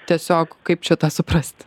tiesiog kaip čia tą suprast